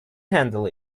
handle